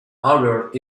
albert